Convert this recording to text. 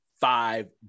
five